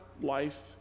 life